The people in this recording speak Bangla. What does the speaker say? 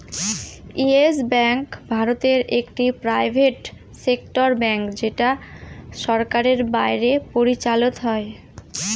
ইয়েস ব্যাঙ্ক ভারতে একটি প্রাইভেট সেক্টর ব্যাঙ্ক যেটা সরকারের বাইরে পরিচালত হয়